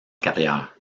carrière